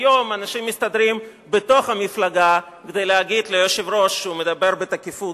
היום אנשים מסתדרים בתוך המפלגה כדי להגיד ליושב-ראש שהוא מדבר בתקיפות,